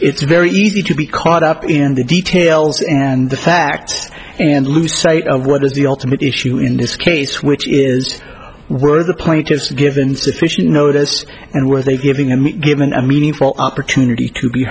it's very easy to be caught up in the details and the facts and lose sight of what is the ultimate issue in this case which is where the point is given sufficient notice and were they giving and given a meaningful opportunity to be